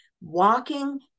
Walking